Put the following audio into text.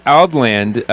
Outland